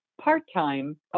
part-time